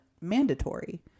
mandatory